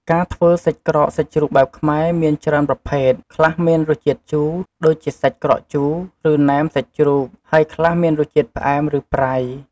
ការធ្វើសាច់ក្រកសាច់ជ្រូកបែបខ្មែរ មានច្រើនប្រភេទ ខ្លះមានរសជាតិជូរ ដូចជាសាច់ក្រកជូរ ឬណែមសាច់ជ្រូក ហើយខ្លះមានរសជាតិផ្អែម ឬប្រៃ។